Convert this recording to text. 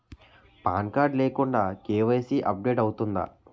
Pan card లేకుండా KYC update అవుతుందా?